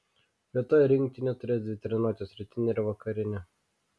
rytoj rinktinė turės dvi treniruotes rytinę ir vakarinę